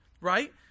right